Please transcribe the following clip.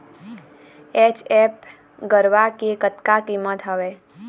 HF गरवा के कतका कीमत हवए?